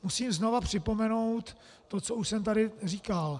Musím znovu připomenout to, co už jsem tady říkal.